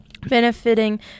benefiting